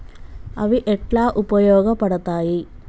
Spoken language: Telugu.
అవి ఎట్లా ఉపయోగ పడతాయి?